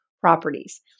properties